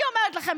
אני אומרת לכם,